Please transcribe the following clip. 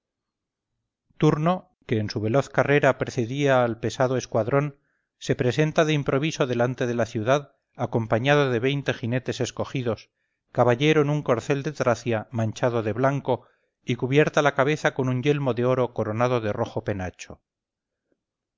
turno que en su veloz carrera precedía al pesado escuadrón se presenta de improviso delante de la ciudad acompañado de veinte jinetes escogidos caballero en un corcel de tracia manchado de blanco y cubierta la cabeza con un yelmo de oro coronado de rojo penacho